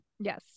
Yes